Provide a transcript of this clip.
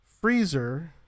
freezer